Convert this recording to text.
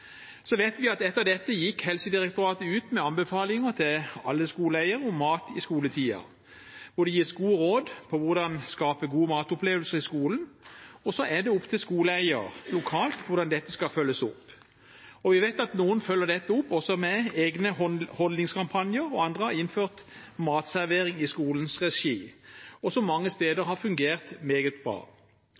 Så vet vi at etter dette gikk Helsedirektoratet ut med anbefalinger til alle skoleeiere om mat i skoletiden, hvor det gis gode råd om hvordan man kan skape gode matopplevelser i skolen. Så er det opp til skoleeiere lokalt hvordan dette skal følges opp. Vi vet at noen følger dette opp også med egne holdningskampanjer, og andre har innført matservering i skolens regi, noe som mange steder har fungert meget bra.